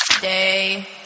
Day